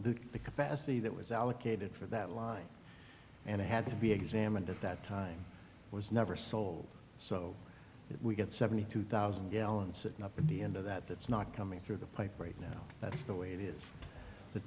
of the capacity that was allocated for that line and had to be examined at that time was never sold so that we get seventy two thousand gallons sitting up at the end of that that's not coming through the pipe right now that's the way it is the